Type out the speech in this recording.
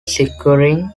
securing